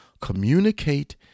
communicate